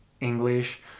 English